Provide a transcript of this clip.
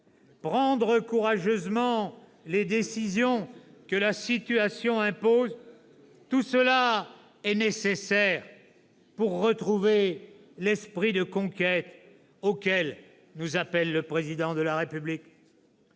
prendre courageusement les décisions que la situation impose, tout cela est nécessaire pour retrouver l'esprit de conquête auquel nous appelle le Président de la République.